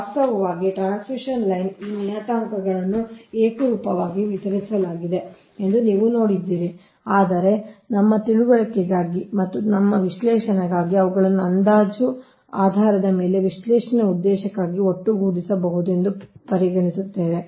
ವಾಸ್ತವವಾಗಿ transmission line ಈ ನಿಯತಾಂಕಗಳನ್ನು ಏಕರೂಪವಾಗಿ ವಿತರಿಸಲಾಗಿದೆ ಎಂದು ನೀವು ನೋಡಿದ್ದೀರಿ ಆದರೆ ನಮ್ಮ ತಿಳುವಳಿಕೆಗಾಗಿ ಮತ್ತು ನಮ್ಮ ವಿಶ್ಲೇಷಣೆಗಾಗಿ ಅವುಗಳನ್ನು ಅಂದಾಜು ಆಧಾರದ ಮೇಲೆ ವಿಶ್ಲೇಷಣೆಯ ಉದ್ದೇಶಕ್ಕಾಗಿ ಒಟ್ಟುಗೂಡಿಸಬಹುದು ಎಂದು ಪರಿಗಣಿಸುತ್ತೇವೆ